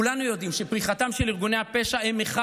כולנו יודעים שפריחתם של ארגוני הפשע היא אחד